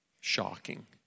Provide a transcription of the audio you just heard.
shocking